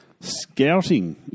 scouting